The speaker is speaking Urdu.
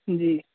جی